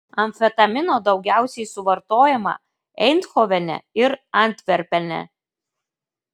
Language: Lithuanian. amfetamino daugiausiai suvartojama eindhovene ir antverpene